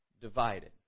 divided